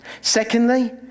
Secondly